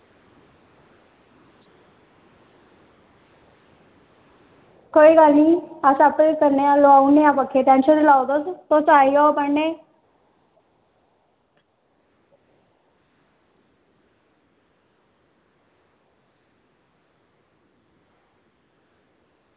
कोई गल्ल निं अस आपें करने आं लोआई ओड़ने आं पक्खे दी टेंशन निं लैओ तुस आई जाओ पढ़ने ई